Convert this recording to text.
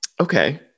okay